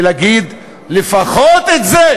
ולהגיד לפחות את זה,